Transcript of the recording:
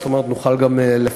זאת אומרת, נוכל גם לפקח.